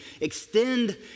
extend